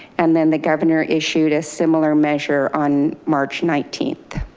and then the governor issued a similar measure on march nineteenth.